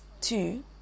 two